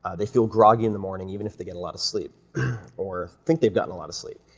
ah they feel groggy in the morning even if they get a lot of sleep or think they've gotten a lot of sleep,